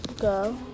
go